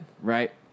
right